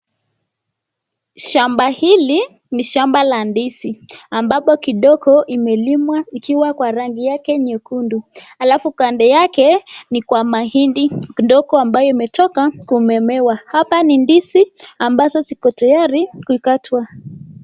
Shamba hili ni shamba la ndizi ambayo imelimwa ikiwa kwa rangi yake nyekundu alafu kando yake ni kwa mahindi kidogo imetoka kumemewa hapo ni ndizi ambazo ziko tayari kukatwa.